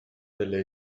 delle